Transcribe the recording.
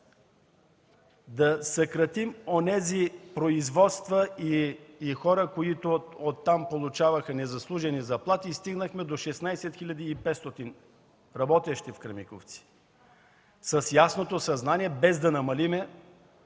да съкратим онези производства и хора, които получаваха незаслужени заплати, и стигнахме до 16 500 работещи в „Кремиковци” – с ясното съзнание, без да намалим